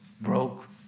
broke